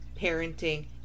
parenting